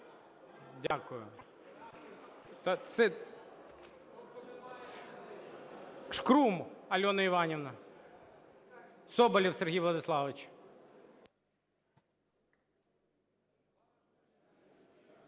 Дякую. Шкрум Альона Іванівна. Соболєв Сергій Владиславович.